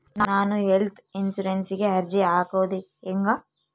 ನಾನು ಹೆಲ್ತ್ ಇನ್ಸುರೆನ್ಸಿಗೆ ಅರ್ಜಿ ಹಾಕದು ಹೆಂಗ?